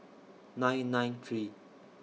nine nine three